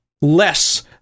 less